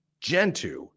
Gentoo